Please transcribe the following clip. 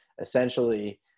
essentially